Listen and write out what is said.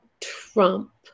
Trump